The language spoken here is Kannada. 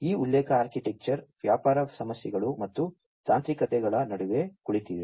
ಈ ಉಲ್ಲೇಖ ಆರ್ಕಿಟೆಕ್ಚರ್ ವ್ಯಾಪಾರ ಸಮಸ್ಯೆಗಳು ಮತ್ತು ತಾಂತ್ರಿಕತೆಗಳ ನಡುವೆ ಕುಳಿತಿದೆ